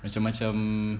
macam-macam